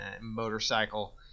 motorcycle